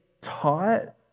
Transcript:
taught